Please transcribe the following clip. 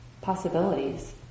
possibilities